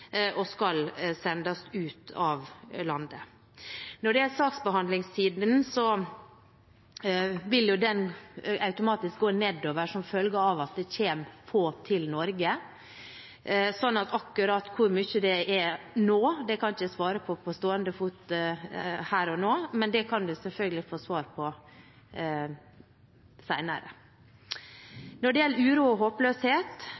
og skal sendes ut av landet. Når det gjelder saksbehandlingstiden, vil den automatisk gå nedover som følge av at det kommer få til Norge, så akkurat hvor lang den er nå, kan jeg ikke svare på på stående fot, men det kan representanten Kari Henriksen selvfølgelig få svar på